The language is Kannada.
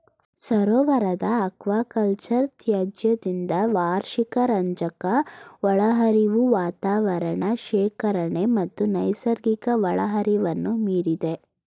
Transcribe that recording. ಸರೋವರದ ಅಕ್ವಾಕಲ್ಚರ್ ತ್ಯಾಜ್ಯದಿಂದ ವಾರ್ಷಿಕ ರಂಜಕ ಒಳಹರಿವು ವಾತಾವರಣ ಶೇಖರಣೆ ಮತ್ತು ನೈಸರ್ಗಿಕ ಒಳಹರಿವನ್ನು ಮೀರಿದೆ